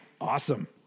Awesome